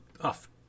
Off